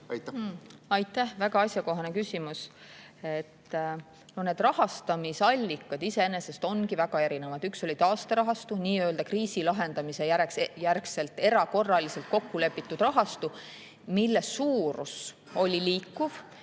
Aitäh! Väga asjakohane küsimus. Need rahastamisallikad iseenesest ongi väga erinevad. Üks on taasterahastu, nii-öelda kriisi lahendamise järel erakorraliselt kokku lepitud rahastu, mille suurus oli [muutuv].